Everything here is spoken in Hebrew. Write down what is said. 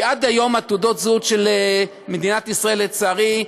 כי עד היום תעודות הזהות של מדינת ישראל, לצערי,